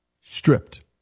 Stripped